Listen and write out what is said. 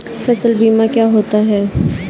फसल बीमा क्या होता है?